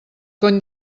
cony